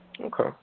Okay